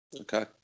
Okay